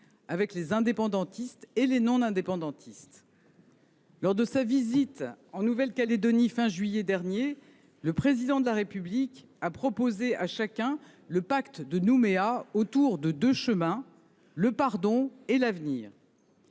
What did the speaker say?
avec les indépendantistes et les non-indépendantistes. Lors de sa visite en Nouvelle-Calédonie à la fin du mois de juillet dernier, le Président de la République a proposé à chacun le pacte de Nouméa, qui trace deux chemins : le pardon et l’avenir.